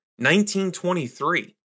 1923